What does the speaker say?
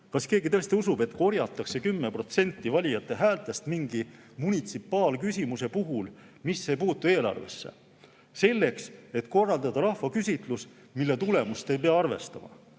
Kas keegi tõesti usub, et korjatakse 10% valijate häältest mingi munitsipaalküsimuse puhul, mis ei puutu eelarvesse, selleks et korraldada rahvaküsitlus, mille tulemust ei pea arvestama?